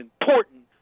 important